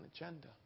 agenda